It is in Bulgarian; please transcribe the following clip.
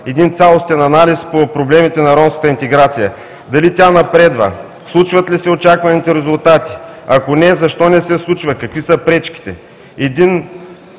един цялостен анализ по проблемите на ромската интеграция – дали тя напредва? Случват ли се очакваните резултати? Ако не, защо не се случват? Какви са пречките?